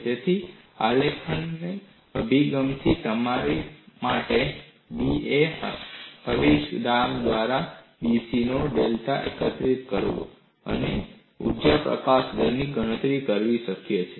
તેથી આલેખીય અભિગમથી તમારા માટે da અવેજી દ્વારા dcનો ડેટા એકત્રિત કરવો અને ઊર્જા પ્રકાશન દરની ગણતરી કરવી શક્ય છે